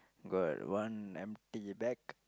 got one empty bag